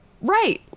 right